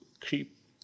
creep